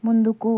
ముందుకు